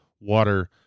water